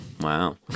Wow